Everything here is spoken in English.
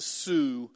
sue